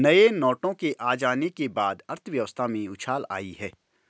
नए नोटों के आ जाने के बाद अर्थव्यवस्था में उछाल आयी है